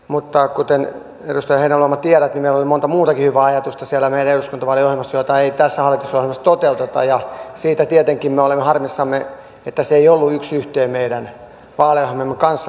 mutta kuten edustaja heinäluoma tiedät niin meillä oli siellä meidän eduskuntavaaliohjelmassa monta muutakin hyvää ajatusta joita ei tässä hallitusohjelmassa toteuteta ja siitä tietenkin me olemme harmissamme että tämä hallitusohjelma ei ollut yks yhteen meidän vaaliohjelmamme kanssa